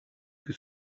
que